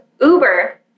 uber